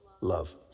love